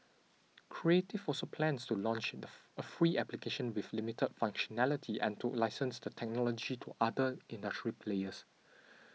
creative also plans to launch the a free application with limited functionality and to license the technology to other industry players